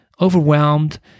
overwhelmed